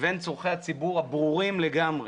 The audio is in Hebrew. לבין צורכי הציבור הברורים לגמרי.